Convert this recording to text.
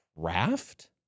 craft